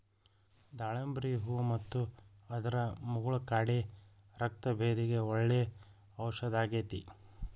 ದಾಳಿಂಬ್ರಿ ಹೂ ಮತ್ತು ಅದರ ಮುಗುಳ ಕಾಡೆ ರಕ್ತಭೇದಿಗೆ ಒಳ್ಳೆ ಔಷದಾಗೇತಿ